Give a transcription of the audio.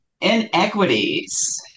inequities